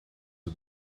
het